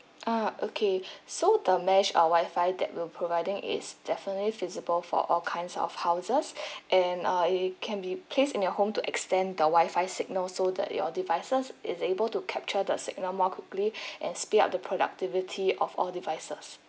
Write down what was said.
ah okay so the mesh uh WI-FI that will providing is definitely feasible for all kinds of houses and uh it it can be placed in your home to extend the WI-FI signal so that your devices is able to capture the signal more quickly and speed up the productivity of all devices